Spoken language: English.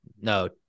No